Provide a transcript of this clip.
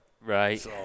Right